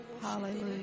Hallelujah